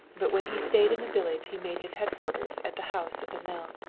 but when he stayed in the village he made his headquarters at the house of the mill.